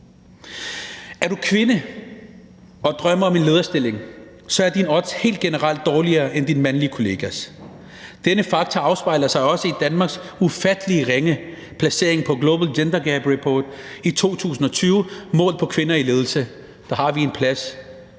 Er du kvinde og drømmer om en lederstilling, så er dine odds helt generelt dårligere end din mandlige kollegas. Dette faktum afspejler sig også i Danmarks ufattelig ringe placering på Global Gender Gap Report i 2020, målt på kvinder i ledelse. Der har vi en plads,